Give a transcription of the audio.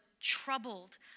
troubled